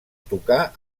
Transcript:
tocar